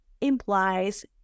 implies